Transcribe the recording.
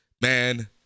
Man